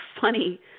funny